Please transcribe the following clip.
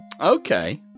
Okay